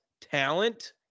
Talent